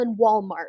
Walmart